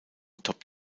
top